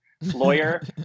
lawyer